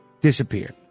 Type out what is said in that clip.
disappeared